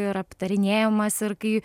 ir aptarinėjamas ir kai